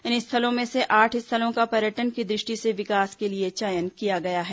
इन स्थलों में से आठ स्थलों का पर्यटन की दृष्टि से विकास के लिए चयन किया गया है